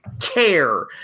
care